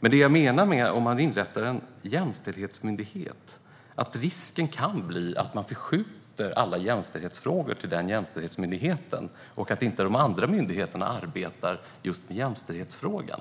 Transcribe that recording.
Men om man inrättar en jämställdhetsmyndighet kan risken bli att man förskjuter alla jämställdhetsfrågor till den jämställdhetsmyndigheten och att inte de andra myndigheterna arbetar just med jämställdhetsfrågan.